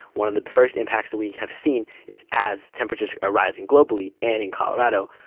one of the first impacts that we have seen is as temperatures are rising globally, and in colorado,